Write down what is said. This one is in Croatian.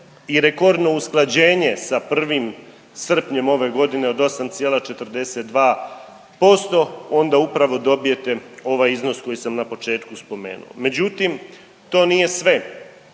i rekordno usklađenje sa 1. srpnjem ove godine od 8,42%, onda upravo dobijete ovaj iznos koji sam na početku spomenuo. Međutim, to nije sve.